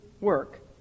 work